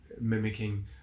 mimicking